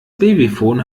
babyphone